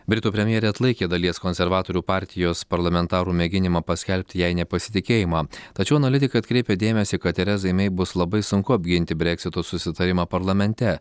britų premjerė atlaikė dalies konservatorių partijos parlamentarų mėginimą paskelbti jai nepasitikėjimą tačiau analitikai atkreipia dėmesį kad terezai mei bus labai sunku apginti breksito susitarimą parlamente